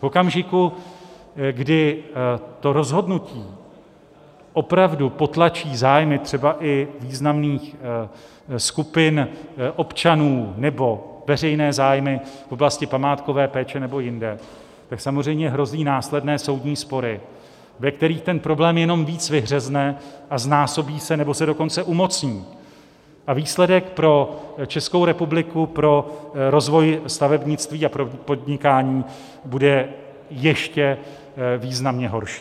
V okamžiku, kdy rozhodnutí opravdu potlačí zájmy třeba i významných skupin občanů nebo veřejné zájmy v oblasti památkové péče nebo jinde, tak samozřejmě hrozí následné soudní spory, ve kterých ten problém jenom víc vyhřezne a znásobí se, nebo se dokonce umocní, a výsledek pro Českou republiku, pro rozvoj stavebnictví a podnikání bude ještě významně horší.